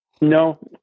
No